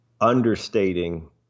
understating